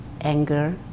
anger